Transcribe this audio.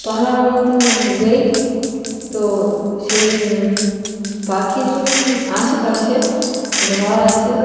পাহাড়া মতন দেই তো সেই পাখির আশেপাশে ঘর আছে